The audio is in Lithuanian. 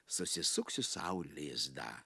susisuksiu sau lizdą